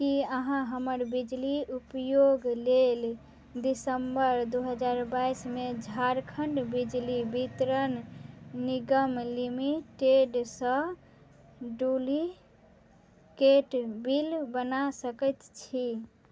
कि अहाँ हमर बिजली उपयोग लेल दिसम्बर दुइ हजार बाइसमे झारखण्ड बिजली वितरण निगम लिमिटेडसँ डुप्लिकेट बिल बना सकै छी